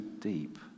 deep